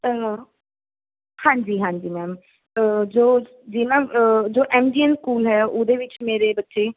ਹਾਂਜੀ ਹਾਂਜੀ ਮੈਮ ਜੋ ਜੀ ਮੈਮ ਜੋ ਐਮ ਜੀ ਐਮ ਸਕੂਲ ਹੈ ਉਹਦੇ ਵਿੱਚ ਮੇਰੇ ਬੱਚੇ